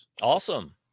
Awesome